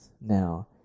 now